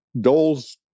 Doles